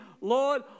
Lord